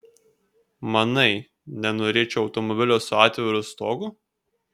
manai nenorėčiau automobilio su atviru stogu